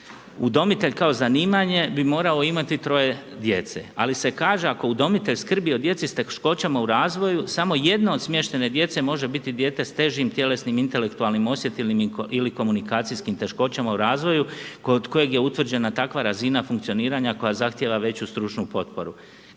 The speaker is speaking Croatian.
udomitelj kao zanimanje bi morao imati troje djece, ali se kaže ako udomitelj skrbi o djeci sa teškoćama u razvoju, samo jedna od smještajne djece može biti dijete sa težim tjelesnim, intelektualnim, osjetilnim ili komunikacijskim teškoćama u razvoju kod kojih je utvrđena takva razina funkcioniranja koja zahtjeva veću stručnu potporu.